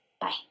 Bye